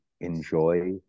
enjoy